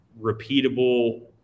repeatable